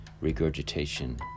regurgitation